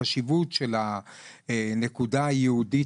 החשיבות של הנקודה היהודית,